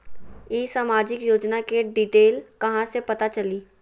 ई सामाजिक योजना के डिटेल कहा से पता चली?